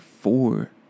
four